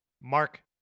Mark